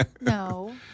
no